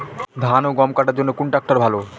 ধান ও গম কাটার জন্য কোন ট্র্যাক্টর ভালো?